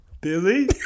Billy